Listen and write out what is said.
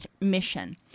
mission